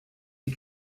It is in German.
die